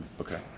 okay